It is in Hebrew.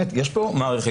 יש פה מערכת,